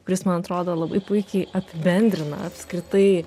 kuris man atrodo labai puikiai apibendrina apskritai